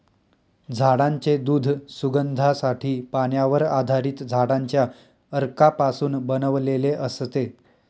झाडांचे दूध सुगंधासाठी, पाण्यावर आधारित झाडांच्या अर्कापासून बनवलेले असते